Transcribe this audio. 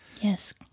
yes